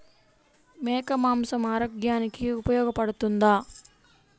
మేక మాంసం ఆరోగ్యానికి ఉపయోగపడుతుందా?